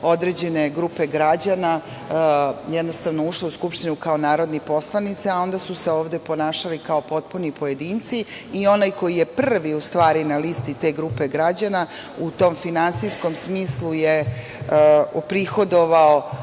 određene grupe građana ušle u Skupštinu kao narodne poslanice, a onda su se ovde ponašali kao potpuni pojedinci i onaj ko je prvi na listi te grupe građana u tom finansijskom smislu je prihodovao